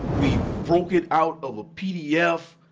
broke it out of a pdf,